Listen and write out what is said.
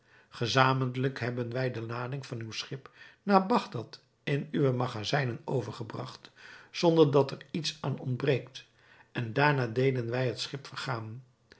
gezamentlijk hebben wij de lading van uw schip naar bagdad in uwe magazijnen overgebragt zonder dat er iets aan ontbreekt en daarna deden wij het schip vergaan